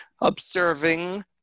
observing